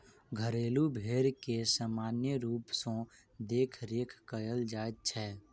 घरेलू भेंड़ के सामान्य रूप सॅ देखरेख कयल जाइत छै